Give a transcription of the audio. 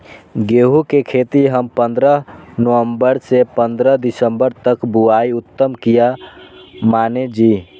गेहूं के खेती हम पंद्रह नवम्बर से पंद्रह दिसम्बर तक बुआई उत्तम किया माने जी?